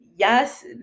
yes